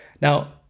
Now